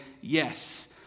yes